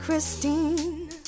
Christine